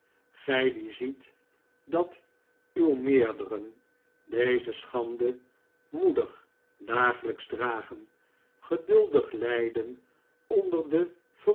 gij die ziet dat uw meerderen deze schande moedig dagelijks dragen geduldig lijden onder de